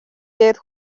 дээр